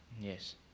Yes